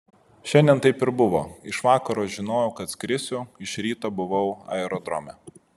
šiandien taip ir buvo iš vakaro žinojau kad skrisiu iš ryto buvau aerodrome